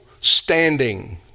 standing